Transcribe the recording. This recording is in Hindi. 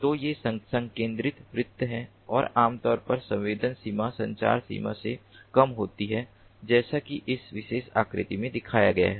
तो ये संकेंद्रित वृत्त हैं और आमतौर पर संवेदन सीमा संचार सीमा से कम होती है जैसा कि इस विशेष आकृति में दिखाया गया है